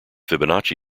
fibonacci